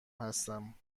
هستم